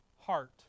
Heart